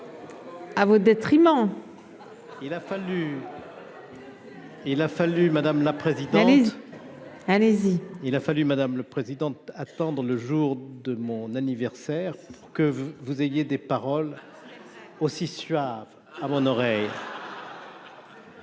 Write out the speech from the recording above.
à votre détriment, il a fallu. Il a fallu, madame la présidente, allez-y, il a fallu madame le président à tendre le jour de mon anniversaire que vous ayez des paroles aussi suave à mon oreille.